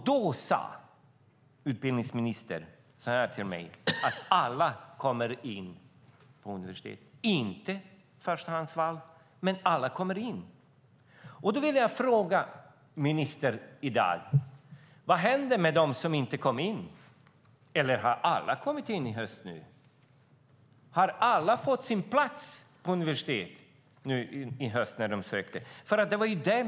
Då sade utbildningsministern till mig att alla kommer in på universitetet. Alla kommer inte in på sitt förstahandsval, men alla kommer in. Därför vill jag fråga ministern i dag: Vad händer med dem som inte kom in? Eller har alla kommit in i höst? Har alla fått sin plats på universitetet i höst? Det var det som ministern sade till mig.